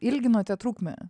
ilginote trukmę